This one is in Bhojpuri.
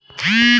उपज केतना होला?